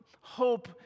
hope